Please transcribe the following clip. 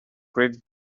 great